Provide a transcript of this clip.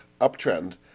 uptrend